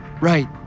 Right